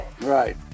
Right